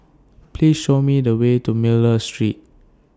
Please Show Me The Way to Miller Street